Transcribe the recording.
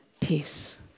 peace